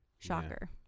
Shocker